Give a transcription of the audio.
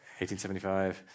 1875